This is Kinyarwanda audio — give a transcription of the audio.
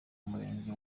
murenge